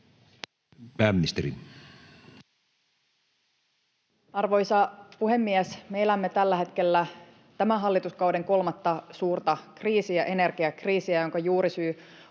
Content: Arvoisa puhemies! Me elämme tällä hetkellä tämän hallituskauden kolmatta suurta kriisiä, energiakriisiä, jonka juurisyy